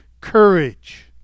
courage